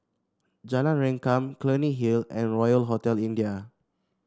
Jalan Rengkam Clunny Hill and Royal Hotel India